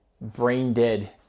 brain-dead